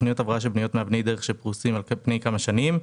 תוכניות הבראה של פניות מאבני דרך שפרוסים על פני כמה שנים.